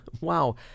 wow